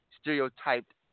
stereotyped